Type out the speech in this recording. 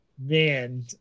man